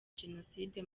genocide